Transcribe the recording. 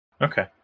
Okay